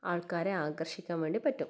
ആൾക്കാരെ ആകർഷിക്കാൻ വേണ്ടി പറ്റും